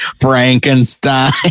Frankenstein